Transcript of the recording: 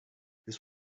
this